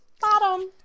bottom